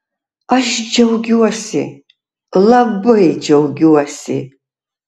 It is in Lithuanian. aš džiaugiuosi labai džiaugiuosi